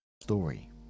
story